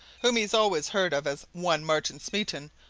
whom he's always heard of as one martin smeaton,